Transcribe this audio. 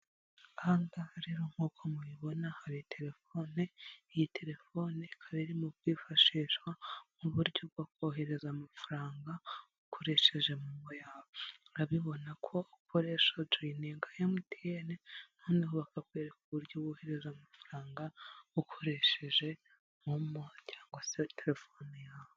Aha ngaha rero nk'uko mubibona, hari telefone. Iyi telefone ikaba irimo kwifashishwa nk'uburyo bwo kohereza amafaranga ukoresheje momo yawe. Urabibona ko ukoresha ujoyininga MTN noneho bakakwereka uburyo wohereza amafaranga ukoresheje momo cyangwa se telefone yawe.